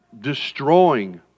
destroying